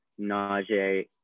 Najee